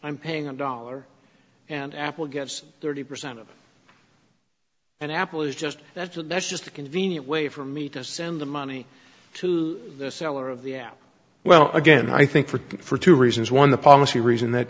i'm paying a dollar and apple gets thirty percent of an apple is just that's that's just a convenient way for me to send the money to the seller of the well again i think for for two reasons one the policy reason that